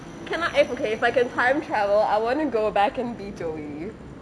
cannot if okay if I can time travel I want to go back and be joey